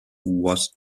was